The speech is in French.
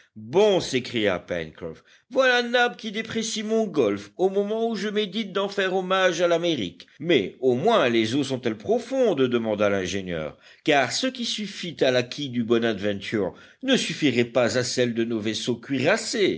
bon s'écria pencroff voilà nab qui déprécie mon golfe au moment où je médite d'en faire hommage à l'amérique mais au moins les eaux sont-elles profondes demanda l'ingénieur car ce qui suffit à la quille du bonadventure ne suffirait pas à celle de nos vaisseaux